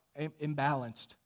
imbalanced